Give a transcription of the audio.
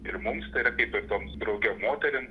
ir mums tai yra kaip ir toms drauge moterim